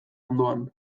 ondoan